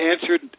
answered